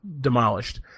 demolished